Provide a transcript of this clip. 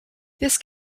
this